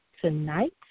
tonight